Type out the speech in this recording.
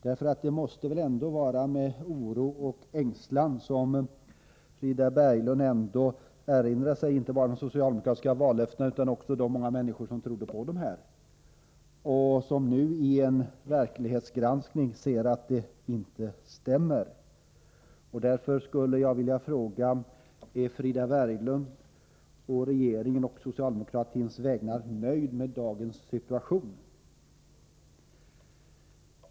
Det måste vara med oro och ängslan som Frida Berglund erinrar sig inte bara de socialdemokratiska vallöftena utan också de många människor som trodde på dem och som nu i en verklighetsgranskning ser att det inte stämmer. Därför skulle jag vilja fråga: Är Frida Berglund å regeringens och socialdemokratins vägnar nöjd med dagens situation?